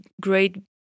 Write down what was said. great